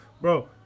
Bro